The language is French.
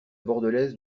bordelaise